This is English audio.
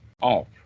off